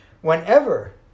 Whenever